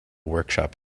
workshop